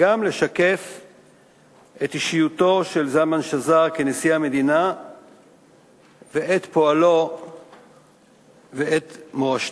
וגם לשקף את אישיותו של זלמן שזר כנשיא המדינה ואת פועלו ואת מורשתו.